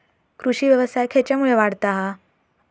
कृषीव्यवसाय खेच्यामुळे वाढता हा?